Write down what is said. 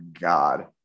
God